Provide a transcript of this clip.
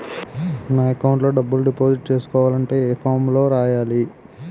నా అకౌంట్ లో డబ్బులు డిపాజిట్ చేసుకోవాలంటే ఏ ఫామ్ లో రాయాలి?